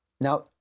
Now